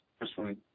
personally